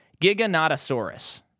Giganotosaurus